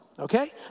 Okay